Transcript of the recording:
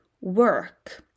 work